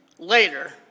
Later